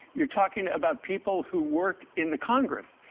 you're talking about people who work in the congress,